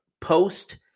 post